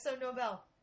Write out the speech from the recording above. Nobel